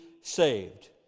saved